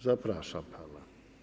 Zapraszam pana.